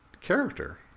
character